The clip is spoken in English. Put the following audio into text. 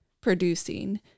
producing